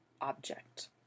object